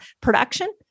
production